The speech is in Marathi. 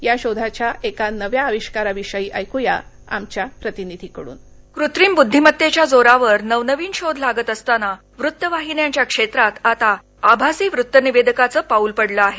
या शोधाच्या एका नव्या आविष्काराविषयी अधिक माहिती आमच्या प्रतिनिधीकडून व्हांईस कास्ट कृत्रिम बुद्धिमत्तेच्या जोरावर नवनवीन शोध लागत असताना वृत्तवाहिन्यांच्या क्षेत्रात आता आभासी वृत्तनिवेदकाचं पाऊल पडलं आहे